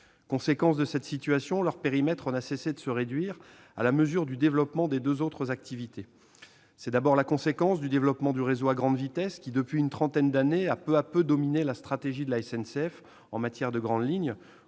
le périmètre d'une région. Leur périmètre n'a cessé de se réduire, à la mesure du développement des deux autres activités. C'est d'abord la conséquence du développement du réseau à grande vitesse, qui, depuis une trentaine d'années, a peu à peu dominé la stratégie de la SNCF en matière de grandes lignes,